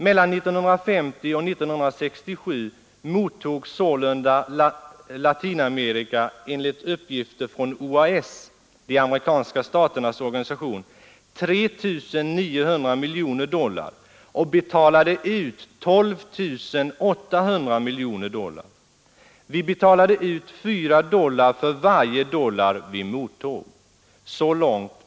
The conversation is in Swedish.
Mellan 1950 och 1967 mottog Latinamerika sålunda, enligt uppgifter från OAS 3 900 miljoner dollar och betalade ut 12 800 miljoner. Vi betalade ut fyra Så långt president Allende.